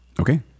Okay